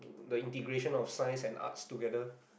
the integration of science and art together